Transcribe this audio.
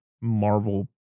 Marvel